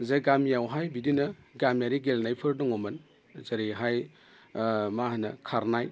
जे गामियावहाय बिदिनो गामियारि गेलेनायफोर दङमोन जेरैहाय मा होनो खारनाय